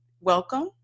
welcome